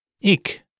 Ik